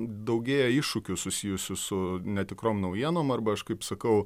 daugėja iššūkių susijusių su netikrom naujienom arba aš kaip sakau